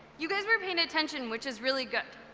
you guys were paying attention, which is really good,